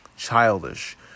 childish